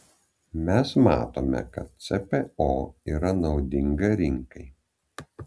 mes matome kad cpo yra naudinga rinkai